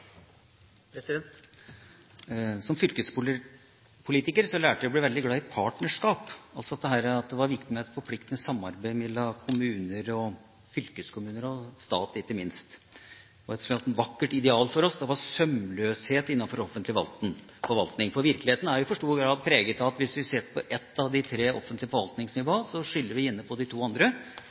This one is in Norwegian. Som fylkespolitiker lærte jeg å bli veldig glad i partnerskap, altså dette at det var viktig med et forpliktende samarbeid mellom kommuner og fylkeskommuner og ikke minst stat. Og et vakkert ideal for oss var sømløshet innafor offentlig forvaltning. Virkeligheten er jo i for stor grad preget av at hvis vi sitter på ett av de tre offentlige forvaltningsnivåene, skylder vi gjerne på de to andre: